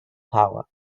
power